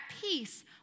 peace